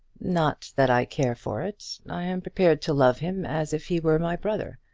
not that i care for it. i am prepared to love him as if he were my brother.